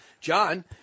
John